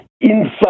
inside